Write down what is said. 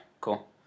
cool